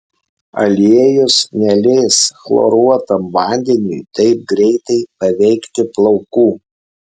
aliejus neleis chloruotam vandeniui taip greitai paveikti plaukų